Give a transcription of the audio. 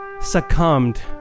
succumbed